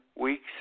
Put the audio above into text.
weeks